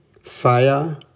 fire